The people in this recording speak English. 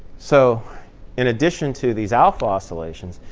so in addition to these alpha oscillations,